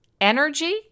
energy